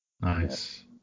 Nice